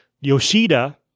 Yoshida